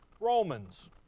Romans